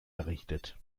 errichtet